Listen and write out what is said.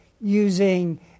using